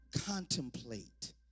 contemplate